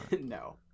No